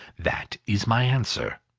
that is my answer.